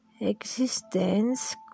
Existence